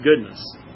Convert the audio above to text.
goodness